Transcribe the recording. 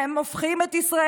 הם הופכים את ישראל,